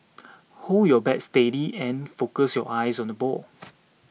hold your bat steady and focus your eyes on the ball